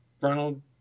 Ronald